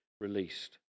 released